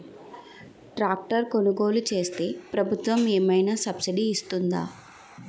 Tractor కొనుగోలు చేస్తే ప్రభుత్వం ఏమైనా సబ్సిడీ ఇస్తుందా?